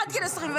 עד גיל 25,